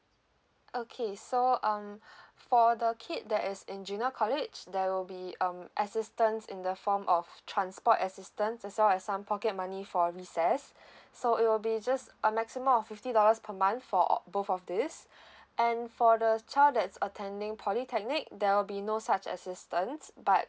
okay so um for the kid that is in junior college there will be um assistance in the form of transport assistance as well as some pocket money for recess so it will be just a maximum of fifty dollars per month for al~ both of these and for the child that's attending polytechnic there will be no such assistance but